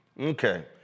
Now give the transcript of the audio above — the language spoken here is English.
Okay